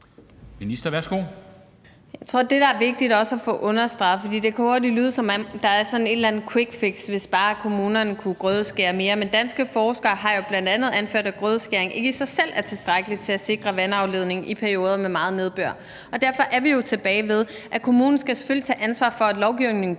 (Lea Wermelin): Jeg tror, det, der er vigtigt også at få understreget, fordi det hurtigt kan lyde, som om der er et eller andet kvikfix, hvis bare kommunerne kunne grødeskære mere, er, som danske forskere jo bl.a. har anført, at grødeskæring ikke i sig selv er tilstrækkeligt til at sikre vandafledning i perioder med meget nedbør. Derfor er vi jo tilbage ved, at kommunen selvfølgelig skal tage ansvar for, at lovgivningen bliver